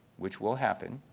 which will happen,